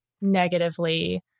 negatively